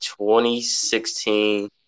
2016